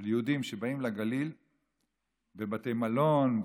ליהודים שבאים לגליל ובתי מלון,